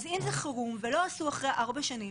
אם זה חירום ולא עשו אחרי ארבע שנים,